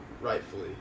rightfully